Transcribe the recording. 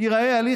נראה עכשיו?